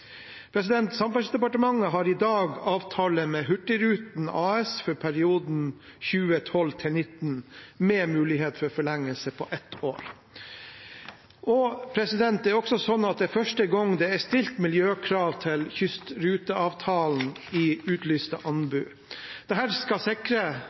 Samferdselsdepartementet har i dag avtale med Hurtigruten AS for perioden 2012–2019, med mulighet for forlengelse med ett år. Det er første gang det er stilt miljøkrav til kystruteavtalen i utlyste anbud. Dette skal sikre